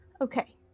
okay